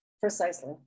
Precisely